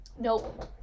Nope